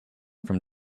from